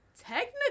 technically